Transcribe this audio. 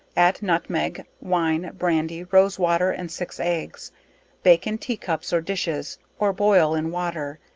add nutmeg, wine, brandy, rose-water and six eggs bake in tea cups or dishes, or boil in water,